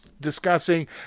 discussing